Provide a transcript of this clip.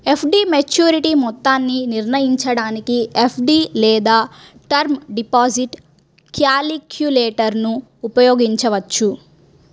FD maturity మొత్తాన్ని నిర్ణయించడానికి FD లేదా టర్మ్ డిపాజిట్ క్యాలిక్యులేటర్ను ఉపయోగించవచ్చు